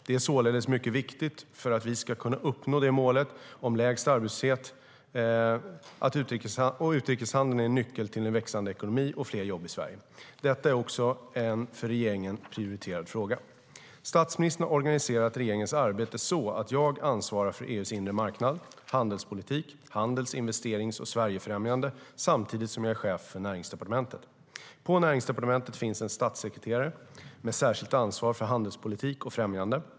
Den är således mycket viktig för att vi ska kunna nå målet om lägst arbetslöshet. Utrikeshandeln är en nyckel till en växande ekonomi och fler jobb i Sverige. Detta är en för regeringen prioriterad fråga. Statsministern har organiserat regeringens arbete så att jag ansvarar för EU:s inre marknad, handelspolitik, handels, investerings och Sverigefrämjande samtidigt som jag är chef för Näringsdepartementet. På Näringsdepartementet finns en statssekreterare med särskilt ansvar för handelspolitiken och främjandet.